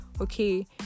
Okay